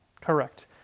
correct